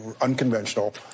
unconventional